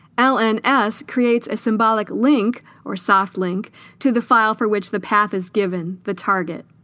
lns creates a symbolic link or soft link to the file for which the path is given the target